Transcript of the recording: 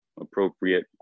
appropriate